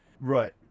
Right